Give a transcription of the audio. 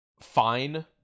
fine